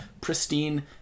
pristine